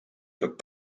tot